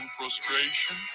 frustration